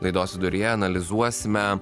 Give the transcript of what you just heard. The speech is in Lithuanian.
laidos viduryje analizuosime